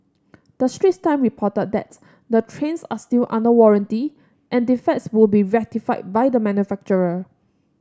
the Straits Time reported that the trains are still under warranty and defects would be rectified by the manufacturer